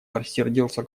рассердился